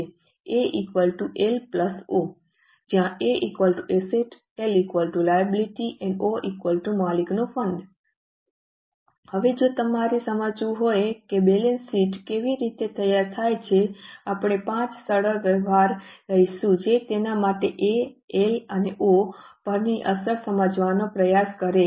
A L O જ્યાં A assets L liability અને O માલિકનું ફંડ હવે જો તમારે સમજવું હોય કે બેલેન્સ શીટ કેવી રીતે તૈયાર થાય છે આપણે 5 સરળ વ્યવહારો લઈશું અને તેના માટે A L અને O પરની અસર સમજવાનો પ્રયાસ કરો